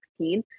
2016